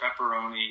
pepperoni